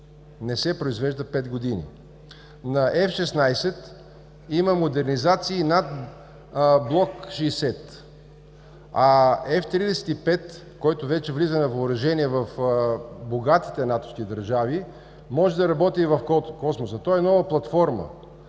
не се произвежда вече пет години. На „Ф-16“ има модернизации на блок 60, а „Ф-35“, който вече влиза на въоръжение в богатите натовски държави, може да работи и в Космоса. Той е нова платформа.